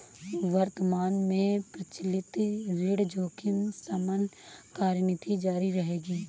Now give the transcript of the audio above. वर्तमान में प्रचलित ऋण जोखिम शमन कार्यनीति जारी रहेगी